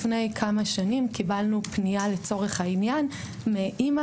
לפני כמה שנים קיבלנו פניה לצורך העניין מאימא